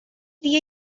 dia